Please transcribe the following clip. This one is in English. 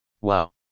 Wow